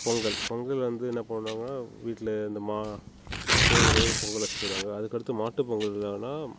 பொங்கல் பொங்கல் வந்து என்ன பண்ணுவாங்கன்னா வீட்டில இந்த மா கோயிலுக்கு போய் பொங்கல் வச்சிட்டு வருவாங்க அதுக்கடுத்து மாட்டுப் பொங்கல் என்னான்னா